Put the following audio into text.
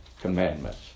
commandments